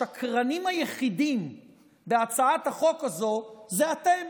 השקרנים היחידים בהצעת החוק הזו הם אתם,